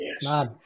Yes